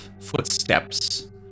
footsteps